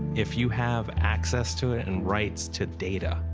if you have access to it and rights to data,